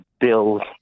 build